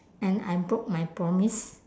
and I broke my promise